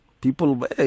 people